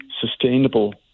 sustainable